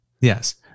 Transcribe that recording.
Yes